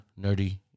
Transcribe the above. Nerdy